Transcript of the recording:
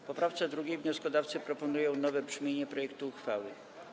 W poprawce 2. wnioskodawcy proponują nowe brzmienie projektu uchwały.